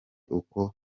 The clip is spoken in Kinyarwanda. uko